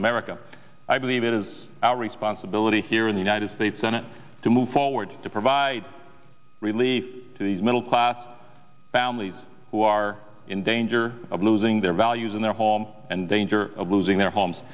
america i believe it is our responsibility here in the united states senate to move forward to provide relief to these middle class families who are in danger of losing their values in their home and danger of losing their homes